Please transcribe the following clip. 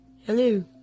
hello